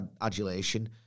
adulation